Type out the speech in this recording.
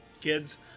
kids